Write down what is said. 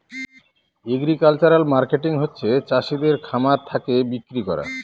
agricultural marketing হচ্ছে চাষিদের খামার থাকে বিক্রি করা